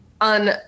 on